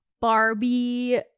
barbie